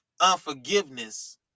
unforgiveness